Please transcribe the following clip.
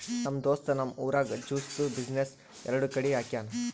ನಮ್ ದೋಸ್ತ್ ನಮ್ ಊರಾಗ್ ಜ್ಯೂಸ್ದು ಬಿಸಿನ್ನೆಸ್ ಎರಡು ಕಡಿ ಹಾಕ್ಯಾನ್